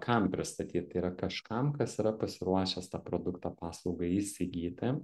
kam pristatyt tai yra kažkam kas yra pasiruošęs tą produktą paslaugą įsigyti